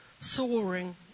soaring